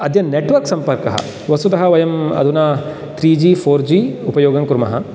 अद्य नेट्वर्क् सम्पर्कः वस्तुतः वयं अधुना त्रि जि फ़ोर् जि उपयोगङ्कुर्मः